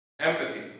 empathy